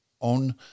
own